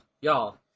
Y'all